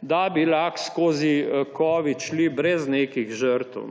da bi lahko skozi covid šli brez nekih žrtev.